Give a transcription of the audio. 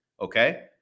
Okay